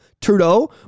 Trudeau